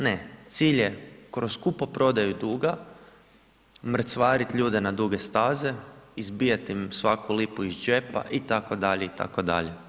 Ne, cilj je kroz kupoprodaju duga mrcvariti ljude na duge staze, izbijati im svaku lipu iz džepa itd., itd.